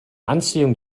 anziehung